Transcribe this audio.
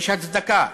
יש הצדקה: